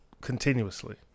continuously